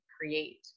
create